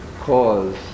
cause